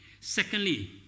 Secondly